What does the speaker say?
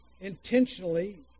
intentionally